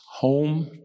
home